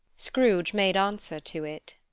scrooge made answer to it.